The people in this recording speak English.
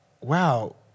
wow